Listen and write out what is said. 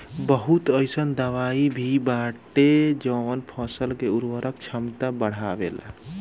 बहुत अईसन दवाई भी बाटे जवन फसल के उर्वरक क्षमता बढ़ावेला